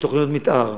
ותוכניות מתאר,